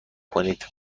کنید